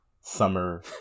Summer